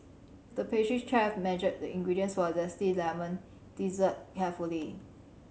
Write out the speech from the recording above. the pastry chef measured the ingredients for a zesty lemon dessert carefully